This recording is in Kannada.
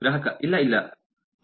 ಗ್ರಾಹಕ ಇಲ್ಲ ಇಲ್ಲ ಇಲ್ಲ